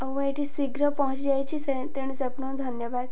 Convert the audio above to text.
ଆଉ ମୁଁ ଏଠି ଶୀଘ୍ର ପହଞ୍ଚିଯାଇଛି ସେ ତେଣୁ ସେ ପାଇଁ ଧନ୍ୟବାଦ